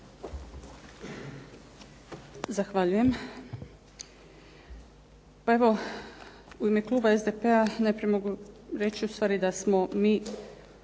Zahvaljujem. Evo, u ime Kluba SDP-a najprije mogu reći ustvari da smo mi